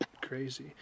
crazy